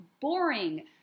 boring